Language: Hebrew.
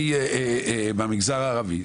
אני במגזר הערבי,